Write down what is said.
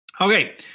Okay